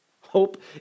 Hope